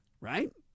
right